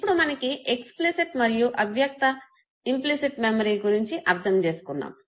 ఇప్పుడు మనకి ఎక్సప్లిసిట్ మరియు అవ్యక్త మెమరీ గురించి అర్ధం చేసుకున్నాము